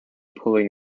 pulling